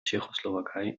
tschechoslowakei